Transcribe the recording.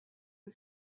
who